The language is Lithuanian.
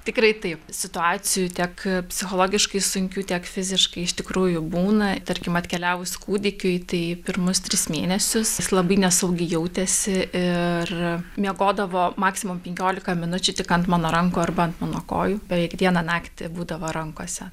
tikrai taip situacijų tiek psichologiškai sunkių tiek fiziškai iš tikrųjų būna tarkim atkeliavus kūdikiui tai pirmus tris mėnesius jis labai nesaugiai jautėsi ir miegodavo maksimum penkiolika minučių tik ant mano rankų arba ant mano kojų beveik dieną naktį būdavo rankose